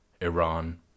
Iran